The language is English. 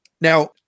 Now